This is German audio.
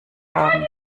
haben